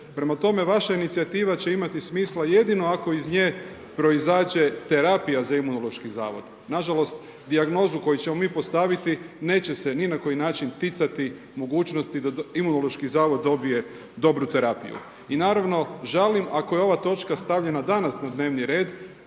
Prema tome vaša inicijativa će imati smisla jedino ako iz nje proizađe terapija za Imunološki zavod. Nažalost dijagnozu koju ćemo mi postaviti neće se ni na koji način ticati mogućnost da Imunološki zavod dobije dobru terapiju. I naravno žalim ako je ova točka stavljena danas na dnevni red,